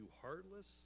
heartless